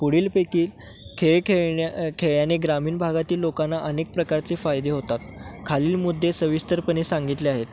पुढीलपैकी खेळ खेळण्या खेळल्याने ग्रामीण भागातील लोकांना अनेक प्रकारचे फायदे होतात खालील मुद्दे सविस्तरपणे सांगितले आहेत